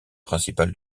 principal